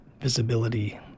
visibility